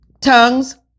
tongues